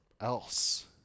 else